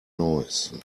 noise